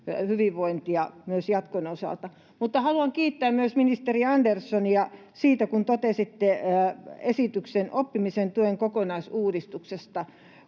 hyvinvointia myös jatkon osalta. Mutta haluan kiittää myös ministeri Anderssonia siitä, että totesitte esityksestä oppimisen tuen kokonaisuudistuksesta,